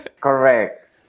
Correct